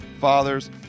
fathers